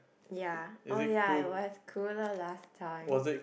ya oh ya it was cooler last time